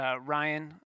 Ryan –